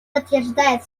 подтверждает